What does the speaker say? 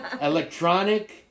Electronic